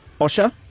Osha